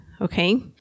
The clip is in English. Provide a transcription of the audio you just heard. okay